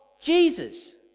Jesus